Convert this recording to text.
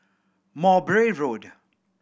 Mowbray Road